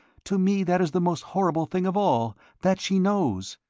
to me that is the most horrible thing of all that she knows,